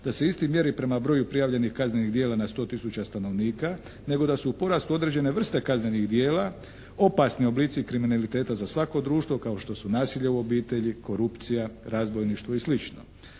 Da se isti mjeri prema broju prijavljenih kaznenih djela na 100 tisuća stanovnika nego da su u porastu određene vrste kaznenih djela, opasni oblici kriminaliteta za svako društvo kao što su nasilje u obitelji, korupcija, razbojništvo i